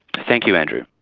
thank you andrew.